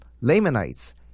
Lamanites